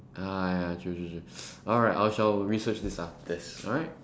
ah ya true true true alright I'll shall research this up then alright